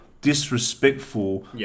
disrespectful